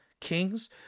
kings